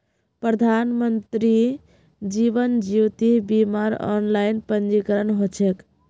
प्रधानमंत्री जीवन ज्योति बीमार ऑनलाइन पंजीकरण ह छेक